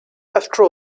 after